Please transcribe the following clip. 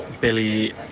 Billy